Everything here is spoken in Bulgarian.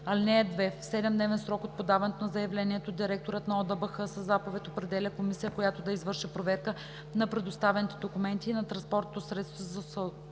ал. 2. (2) В 7-дневен срок от подаването на заявлението директорът на ОДБХ със заповед определя комисия, която да извърши проверка на представените документи и на транспортното средство за